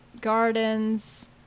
gardens